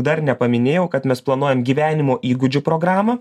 dar nepaminėjau kad mes planuojanm gyvenimo įgūdžių programą